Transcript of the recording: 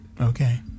okay